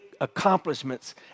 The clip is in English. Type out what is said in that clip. accomplishments